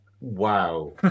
wow